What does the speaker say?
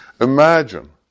Imagine